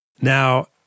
Now